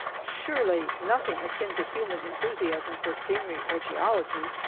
surely nothing akin to human enthusiasm for scenery or geology.